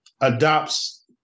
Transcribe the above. adopts